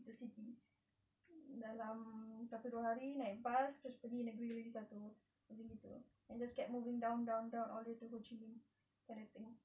the city dalam satu dua hari naik bas terus pergi negeri lagi satu macam gitu and just get moving down down down all the way to ho chi minh kind of thing